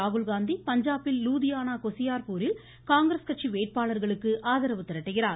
ராகுல்காந்தி பஞ்சாபில் லூதியானா கொஸியா்பூரில் காங்கிரஸ் கட்சி வேட்பாளர்களுக்கு ஆதரவு திரட்டுகிறார்